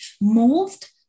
moved